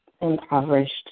impoverished